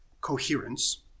coherence